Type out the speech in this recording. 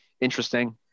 interesting